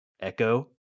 Echo